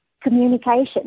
communication